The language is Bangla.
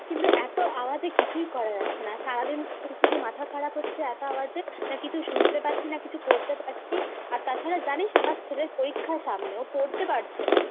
কিন্তু এত আওয়াজে কিছুই করা যাচ্ছে না সারাদিন শুধু শুধু মাথা খারাপ হচ্ছে এত আওয়াজে না কিছু শুনতে পাচ্ছি না কিছু করতে পারছি আর তাছাড়া জানিস আমার ছেলের পরীক্ষা সামনে ও পড়তে পারছে না